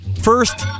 first